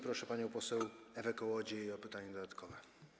Proszę panią poseł Ewę Kołodziej o pytanie dodatkowe.